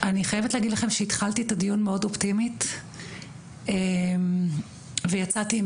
אני חייבת להגיד לכם שהתחלתי את הדיון מאוד אופטימית ויצאתי עם